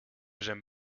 zijn